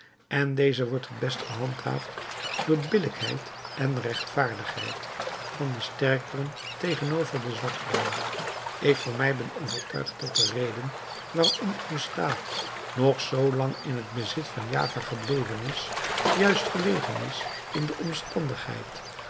en deze wordt het best gehandhaafd door billijkheid en rechtvaardigheid van den sterkeren tegenover den zwakkeren ik voor mij ben overtuigd dat de reden waarom uw staat nog zoo lang in het bezit van java gebleven is juist gelegen is in de omstandigheid